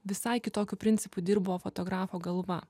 visai kitokiu principu dirbo fotografo galva